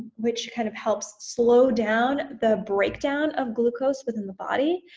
which kind of helps slow down the breakdown of glucose within the body,